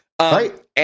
Right